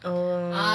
oh